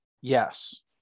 Yes